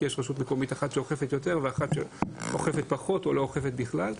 כי יש רשות מקומית אחת שאוכפת יותר ואחת שאוכפת פחות או לא אוכפת בכלל.